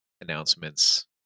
announcements